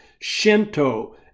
Shinto